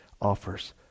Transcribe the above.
offers